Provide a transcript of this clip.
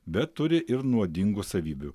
bet turi ir nuodingų savybių